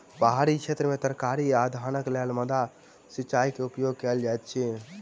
पहाड़ी क्षेत्र में तरकारी आ धानक लेल माद्दा सिचाई के उपयोग कयल जाइत अछि